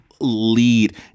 lead